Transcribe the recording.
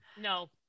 No